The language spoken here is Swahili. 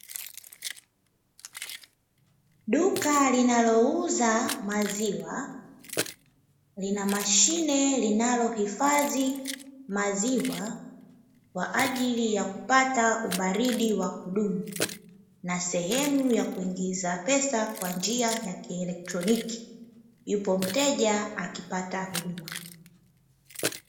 Duka linalouza maziwa, lina mashine linalohifadhi maziwa kwa ajili ya kupata ubaridi wa kudumu, na sehemu ya kuingiza pesa kwa njia ya kielektroniki, yupo mteja akipata huduma.